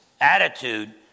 attitude